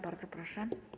Bardzo proszę.